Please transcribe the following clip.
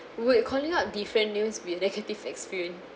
we recalling out different news with negative experience